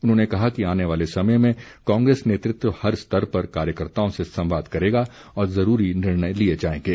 उन्होंने कहा कि आने वाले समय में कांग्रेस नेतृत्व हर स्तर पर कार्यकर्ताओं से संवाद करेगा और जुरूरी निर्णय लिए जाएंगे